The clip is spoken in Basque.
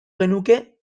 genuke